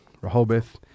Rehoboth